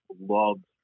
love